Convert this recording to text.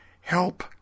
help